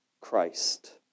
Christ